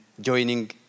joining